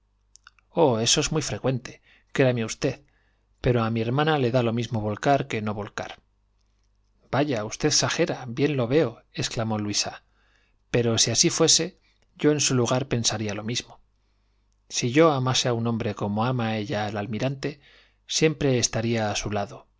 oh eso es muy frecuente créame usted pero a mi hermana le da lo mismo volcar que no volcar vaya usted exagera bien lo veoexclamó luisa pero si así fuese yo en su lugar pensaría lo mismo si yo amase a un hombre como ama ella al almirante siempre estaría a su lado